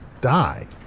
die